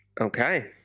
Okay